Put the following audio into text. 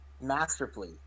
masterfully